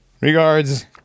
Regards